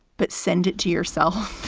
but send it to yourself,